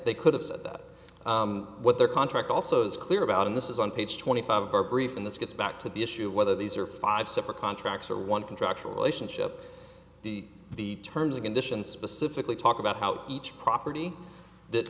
they could have said that what their contract also is clear about in this is on page twenty five of our brief and this gets back to the issue of whether these are five separate contracts or one contractual relationship the the terms and conditions specifically talk about how each property that